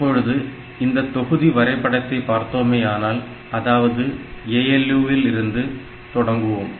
இப்பொழுது இந்த தொகுதி வரைபடத்தை பார்த்தோமானால் அதாவது ALU இல் இருந்து தொடங்குவோம்